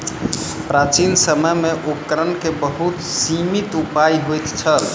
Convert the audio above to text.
प्राचीन समय में उपकरण के बहुत सीमित उपाय होइत छल